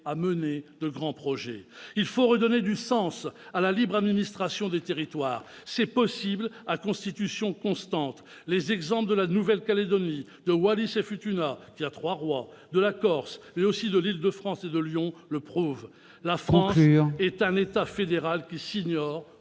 à mener de grands projets. Il faut redonner du sens à la libre administration des territoires. C'est possible à Constitution constante. Les exemples de la Nouvelle-Calédonie, de Wallis-et-Futuna- cette collectivité a trois rois -, de la Corse, mais aussi de l'Île-de-France ou de Lyon le prouvent : la France est un État fédéral qui s'ignore